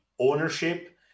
Ownership